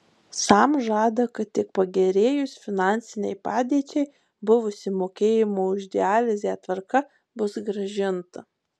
sam žada kad tik pagerėjus finansinei padėčiai buvusi mokėjimo už dializę tvarka bus grąžinta